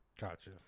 Gotcha